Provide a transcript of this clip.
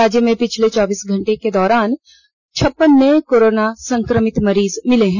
राज्य में पिछले चौबीस घंटे के दौरान छप्पन नये कोरोना संक्रमित मरीज मिले हैं